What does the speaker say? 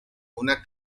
una